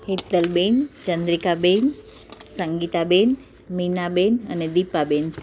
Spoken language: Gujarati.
હેતલબેન ચંદ્રિકાબેન સંગીતાબેન મીનાબેન અને દીપાબેન